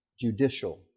judicial